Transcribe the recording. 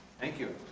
thank you.